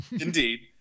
indeed